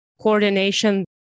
coordination